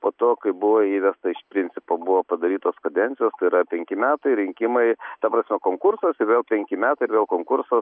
po to kai buvo įvesta iš principo buvo padarytos kadencijos tai yra penki metai rinkimai ta prasme konkursas ir vėl penki metai ir vėl konkursas